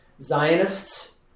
Zionists